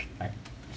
like